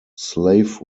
slave